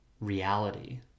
reality